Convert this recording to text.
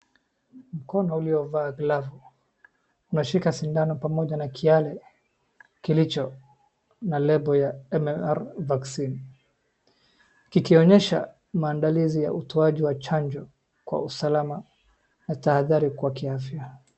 Mkono uliovaa glovu umeshika sindano pamoja na kiale kilicho na label ya MMR vaccine kikionyesha maandalizi ya utoaji wa chanjo kwa usalama na taadhari kwa kiafya.